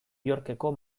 yorkeko